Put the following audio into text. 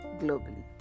globally